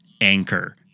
anchor